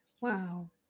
Wow